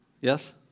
Yes